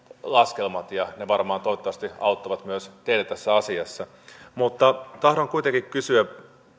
laskelmat ne varmaan toivottavasti auttavat myös teitä tässä asiassa mutta tahdon kuitenkin kysyä